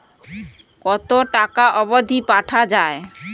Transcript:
কতো টাকা অবধি পাঠা য়ায়?